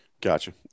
Gotcha